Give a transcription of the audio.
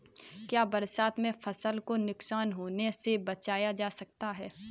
क्या बरसात में फसल को नुकसान होने से बचाया जा सकता है?